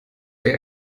sehr